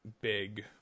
big